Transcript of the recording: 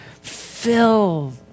filled